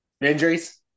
Injuries